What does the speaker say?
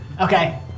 Okay